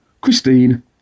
Christine